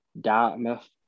Dartmouth